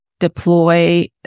deploy